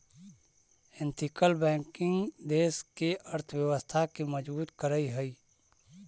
ethical banking देश के अर्थव्यवस्था के मजबूत करऽ हइ